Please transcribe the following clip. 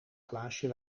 glaasje